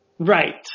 Right